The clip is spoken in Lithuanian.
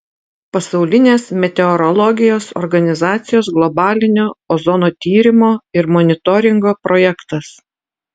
pasaulinės meteorologijos organizacijos globalinio ozono tyrimo ir monitoringo projektas